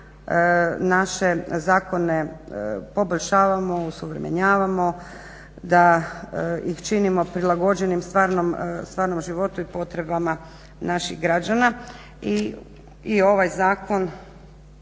naše zakone poboljšavamo, usuvremenjavamo, da ih činimo prilagođenim stvarnom životu i potrebama naših građana. I ovaj zakon